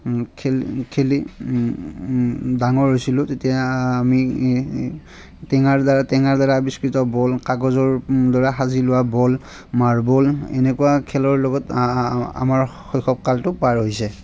খেল খেলি ডাঙৰ হৈছিলোঁ তেতিয়া আমি টিঙাৰ দ্বাৰা টেঙাৰ দ্বাৰা আৱিষ্কৃত বল কাগজৰ দ্বাৰা সাজি লোৱা বল মাৰ্বল এনেকুৱা খেলৰ লগত আমাৰ শৈশৱ কালটো পাৰ হৈছে